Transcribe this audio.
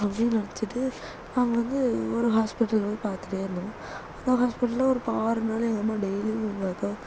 அப்படின்னு நினச்சிட்டு நாங்கள் வந்து ஒரு ஹாஸ்பிடலில் போய் பார்த்துட்டே இருந்தோம் அந்த ஹாஸ்பிட்டலில் ஒரு ஆறு நாள் எங்கள் அம்மா டெய்லியும் எங்கள் அக்கா